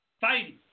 fighting